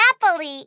happily